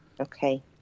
Okay